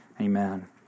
Amen